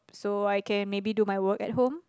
so I can maybe do my work at home